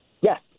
Yes